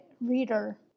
Reader